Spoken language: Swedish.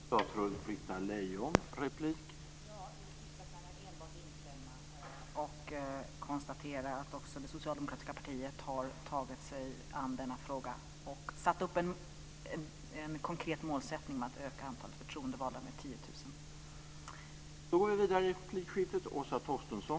Herr talman! I det sista kan jag enbart instämma. Jag konstaterar att också det socialdemokratiska partiet har tagit sig an denna fråga och satt upp en konkret målsättning om att öka antalet förtroendevalda med 10 000.